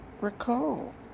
recall